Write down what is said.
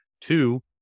Two